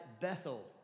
Bethel